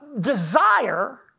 desire